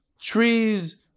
Trees